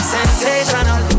Sensational